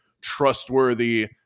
trustworthy